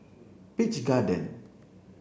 Peach Garden